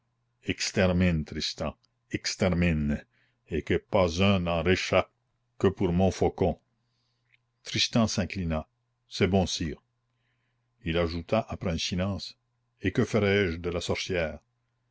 extermine tristan extermine et que pas un n'en réchappe que pour montfaucon tristan s'inclina c'est bon sire il ajouta après un silence et que ferai-je de la sorcière